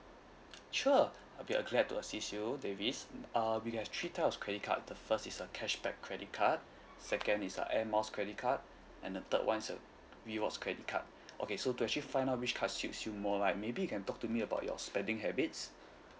sure okay I glad to assist you davis uh we have three types of credit card the first is a cashback credit card second is a Air Miles credit card and the third one is a rewards credit card okay so to actually find out which card suits you more right maybe you can talk to me about your spending habits